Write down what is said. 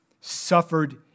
suffered